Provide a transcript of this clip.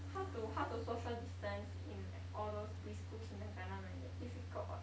how to how to social distance in like all those pre school kindergarten like difficult [what]